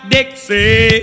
Dixie